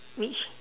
which